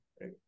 right